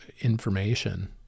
information